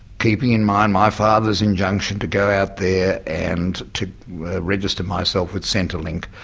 keeping in mind my father's injunction to go out there and to register myself with centrelink.